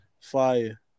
fire